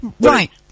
Right